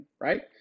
right